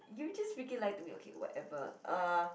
did you just freaking lie to me okay whatever uh